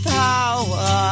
power